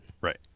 Right